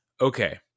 okay